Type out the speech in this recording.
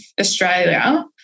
Australia